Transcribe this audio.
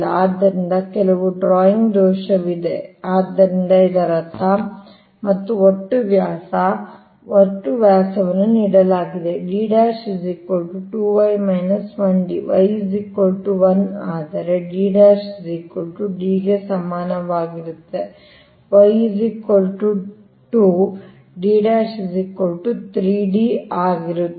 ಆದ್ದರಿಂದ ಕೆಲವು ಡ್ರಾಯಿಂಗ್ ದೋಷವಿದೆ ಆದ್ದರಿಂದ ಇದರರ್ಥ ಮತ್ತು ಒಟ್ಟು ವ್ಯಾಸ ಒಟ್ಟು ವ್ಯಾಸವನ್ನು ನೀಡಲಾಗಿದೆ D 2 y 1D y 1 ಆದರೆ D D ಗೆ ಸಮಾನವಾಗಿರುತ್ತದೆ y 2 D3D ಆಗಿರುತ್ತದೆ ಮತ್ತು ಹೀಗೆ ಮುಂದುವರಿಯುತ್ತದೆ